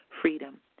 freedom